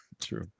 True